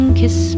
kiss